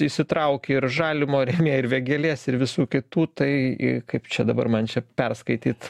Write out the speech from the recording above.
įsitraukė ir žalimo ertmė ir vėgėlės ir visų kitų tai kaip čia dabar man čia perskaityt